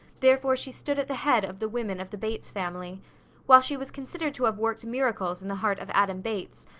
therefore she stood at the head of the women of the bates family while she was considered to have worked miracles in the heart of adam bates,